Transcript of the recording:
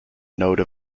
node